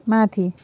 माथि